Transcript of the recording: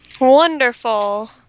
Wonderful